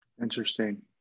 Interesting